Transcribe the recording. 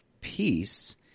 peace